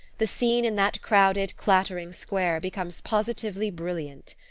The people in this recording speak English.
the scene in that crowded clattering square becomes positively brilliant.